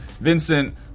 Vincent